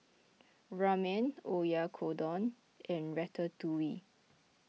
Ramen Oyakodon and Ratatouille